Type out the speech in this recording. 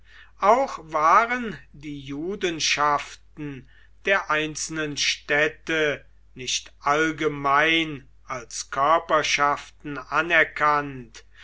auch waren die judenschaften der einzelnen städte nicht allgemein als körperschaften anerkannt